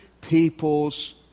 people's